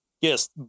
Yes